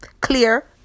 Clear